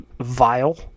vile